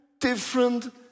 different